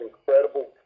incredible